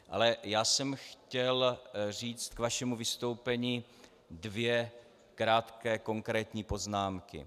Ale já jsem chtěl říct k vašemu vystoupení dvě krátké konkrétní poznámky.